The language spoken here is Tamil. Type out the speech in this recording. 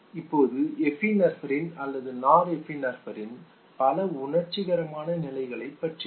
இப்போது எபினெஃப்ரின் அல்லது நார் எபினெஃப்ரின் பல உணர்ச்சிகரமான நிலைகளைப் பற்றியது